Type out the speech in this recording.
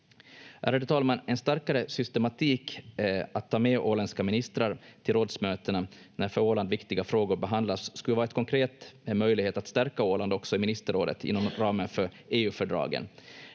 Ärade talman! En starkare systematik att ta med åländska ministrar till rådsmötena när för Åland viktiga frågor behandlas skulle vara en konkret möjlighet att stärka Åland också i ministerrådet inom ramen för EU-fördragen.